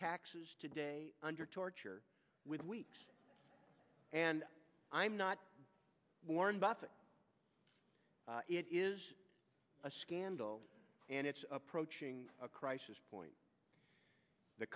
taxes today under torture with and i'm not warren buffett it is a scandal and it's approaching a crisis point the